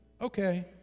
Okay